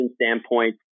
standpoint